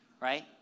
Right